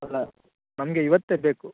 ಅಲ್ಲ ನಮಗೆ ಇವತ್ತೇ ಬೇಕು